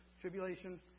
tribulation